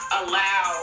allow